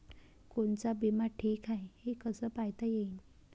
कोनचा बिमा ठीक हाय, हे कस पायता येईन?